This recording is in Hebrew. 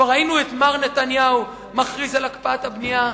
כבר ראינו את מר נתניהו מכריז על הקפאת הבנייה,